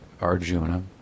Arjuna